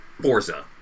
Forza